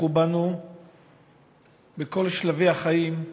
ותמכו בנו בכל שלבי החיים,